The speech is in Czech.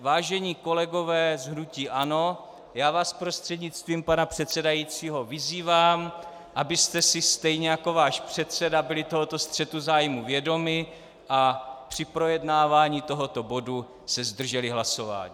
Vážení kolegové z hnutí ANO, já vás prostřednictvím pana předsedajícího vyzývám, abyste si stejně jako váš předseda byli tohoto střetu zájmů vědomi a při projednávání tohoto bodu se zdrželi hlasování.